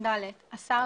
(ד)השר,